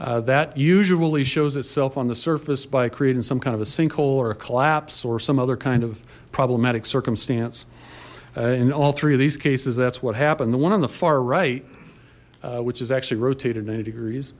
that usually shows itself on the surface by creating some kind of a sinkhole or a collapse or some other kind of problematic circumstance in all three of these cases that's what happened the one on the far right which is actually rotated ninety degrees